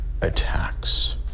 attacks